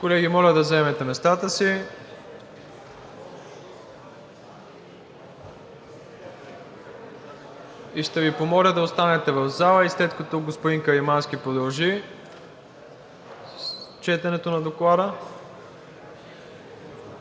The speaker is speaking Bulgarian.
Колеги, моля да заемете местата си и ще Ви помоля да останете в залата и след като господин Каримански продължи с четенето на Доклада.